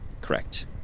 Correct